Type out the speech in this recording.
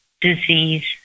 disease